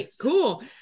cool